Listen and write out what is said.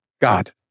God